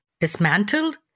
dismantled